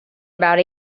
about